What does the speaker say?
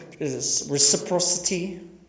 reciprocity